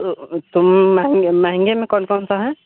तो मंहगे महंगे में कोन कोन सा है